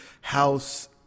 house